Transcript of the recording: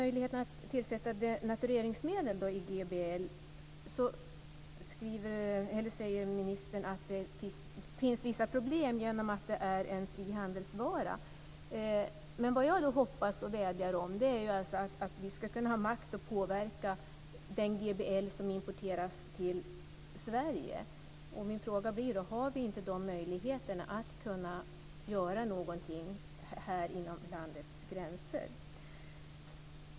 Ministern säger att det finns vissa problem när det gäller möjligheten att tillsätta denatureringsmedel i GBL, genom att GBL är en fri handelsvara. Det jag hoppas på och vädjar om är att vi ska ha makt att påverka den GBL som importeras till Sverige. Har vi inte möjligheter att göra någonting inom landets gränser?